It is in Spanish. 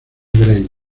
grey